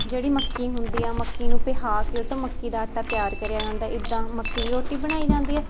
ਜਿਹੜੀ ਮੱਕੀ ਹੁੰਦੀ ਆ ਮੱਕੀ ਨੂੰ ਪਿਹਾ ਕੇ ਉਹ ਤੋਂ ਮੱਕੀ ਦਾ ਆਟਾ ਤਿਆਰ ਕਰਿਆ ਜਾਂਦਾ ਏਦਾਂ ਮੱਕੀ ਦੀ ਰੋਟੀ ਬਣਾਈ ਜਾਂਦੀ ਹੈ